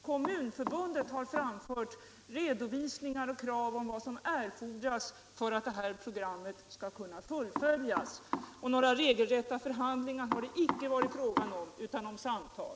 Kommunförbundet har framfört redovisningar och krav på vad som erfordras för att detta program skall kunna fullföljas. Några regelrätta förhandlingar har det inte varit fråga om. Man har endast fört samtal.